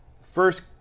first